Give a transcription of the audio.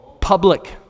Public